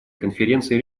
конференции